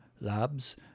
labs